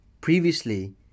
previously